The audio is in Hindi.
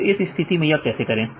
तो इस स्थिति में यह कैसे करें